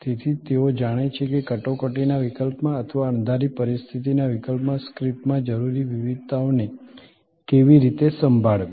તેથી તેઓ જાણે છે કે કટોકટીના વિકલ્પમાં અથવા અણધારી પરિસ્થિતિના વિકલ્પમાં સ્ક્રિપ્ટમાં જરૂરી વિવિધતાઓને કેવી રીતે સંભળાવી